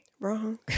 Wrong